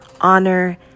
honor